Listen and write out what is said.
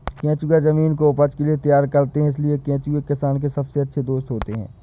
केंचुए जमीन को उपज के लिए तैयार कर देते हैं इसलिए केंचुए किसान के सबसे अच्छे दोस्त होते हैं